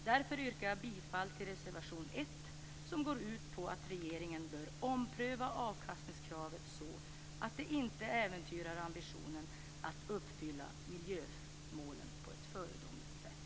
Därför yrkar jag bifall till reservation nr 1 som går ut på att regeringen bör ompröva avkastningskravet så, att ambitionen att uppfylla miljömålen på ett föredömligt sätt inte äventyras. Tack!